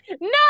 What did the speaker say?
No